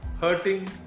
hurting